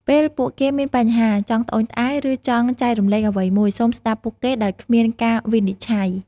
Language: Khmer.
ពេលពួកគេមានបញ្ហា ចង់ត្អូញត្អែរ ឬចង់ចែករំលែកអ្វីមួយ សូមស្តាប់ពួកគេដោយគ្មានការវិនិច្ឆ័យ។